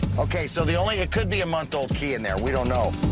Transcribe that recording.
ok, so the only it could be a month-old key in there. we don't know.